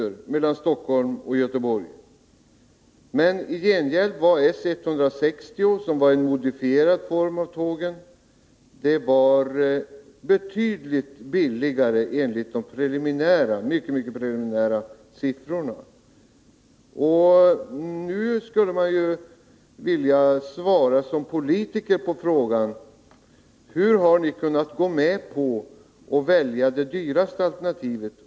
I gengäld var §160 — som var en modifierad form av S200 — betydligt billigare, enligt de mycket preliminära siffrorna. Nu skulle man som politiker gärna vilja kunna svara på frågan: Hur har ni kunnat gå med på att välja det dyraste alternativet?